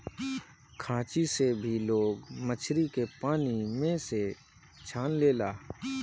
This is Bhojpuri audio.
खांची से भी लोग मछरी के पानी में से छान लेला